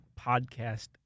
podcast